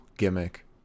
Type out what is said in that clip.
gimmick